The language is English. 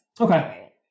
Okay